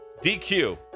DQ